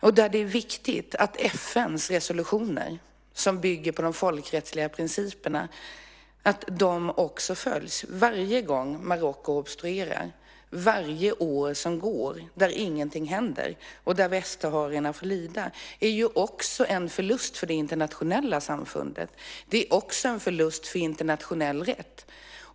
Och det är viktigt att FN:s resolutioner, som bygger på de folkrättsliga principerna, också följs varje gång Marocko obstruerar. Varje år som går då ingenting händer och då västsaharierna får lida är också en förlust för det internationella samfundet. Det är en förlust för internationell rätt.